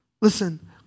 Listen